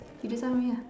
you decide for me ah